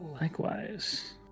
likewise